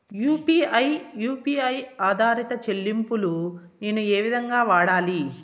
UPI U P I ఆధారిత చెల్లింపులు నేను ఏ విధంగా వాడాలి?